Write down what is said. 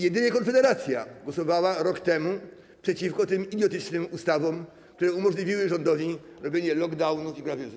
Jedynie Konfederacja głosowała rok temu przeciwko tym idiotycznym ustawom, które umożliwiły rządowi robienie lockdownów i grabieży.